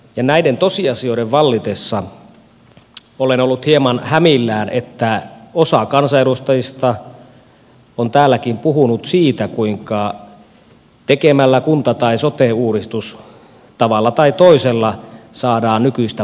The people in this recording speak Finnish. ja näiden tosiasioiden vallitessa olen ollut hieman hämilläni että osa kansanedustajista on täälläkin puhunut siitä kuinka tekemällä kunta tai sote uudistus tavalla tai toisella saadaan nykyistä paremmat palvelut